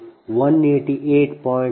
ಆದ್ದರಿಂದ p g 1 188